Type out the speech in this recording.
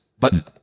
button